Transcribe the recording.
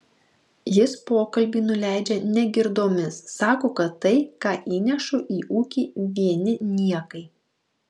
jis pokalbį nuleidžia negirdomis sako kad tai ką įnešu į ūkį vieni niekai